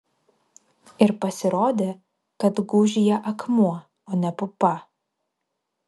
ir pasirodė kad gūžyje akmuo o ne pupa